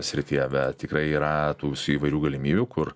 srityje bet tikrai yra tų visų įvairių galimybių kur